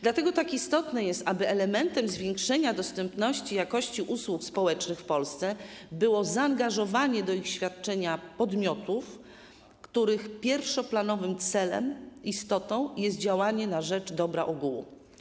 Dlatego tak istotne jest, aby elementem zwiększenia dostępności i jakości usług społecznych w Polsce było zaangażowanie do ich świadczenia podmiotów, których pierwszoplanowym celem, istotą, jest działanie na rzecz dobra ogółu.